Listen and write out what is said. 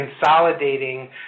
consolidating